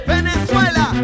Venezuela